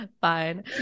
Fine